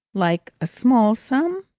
like a small sum?